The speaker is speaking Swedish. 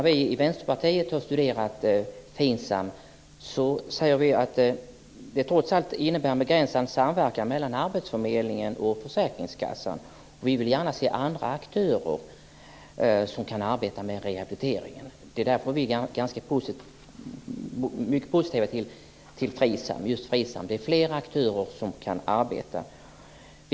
Vi i Vänsterpartiet har studerat FINSAM, och vi anser att det trots allt innebär en begränsad samverkan mellan arbetsförmedlingen och försäkringskassan. Vi vill gärna se andra aktörer som kan arbeta med rehabilitering. Däremot är vi mycket positiva till FRISAM där det är fler aktörer som kan arbeta med rehabilitering.